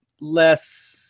less